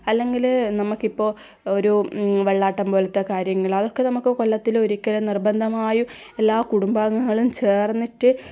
അല്ലെങ്കിൽ നമുക്ക് ഇപ്പോൾ ഒരു വെള്ളാട്ടം പോലത്തെ കാര്യങ്ങൾ അതൊക്കെ നമുക്ക് കൊല്ലത്തിലൊരിക്കൽ നിർബന്ധമായും എല്ലാ കുടുംബാംഗങ്ങളും ചേർന്നിട്ട്